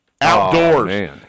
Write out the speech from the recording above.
Outdoors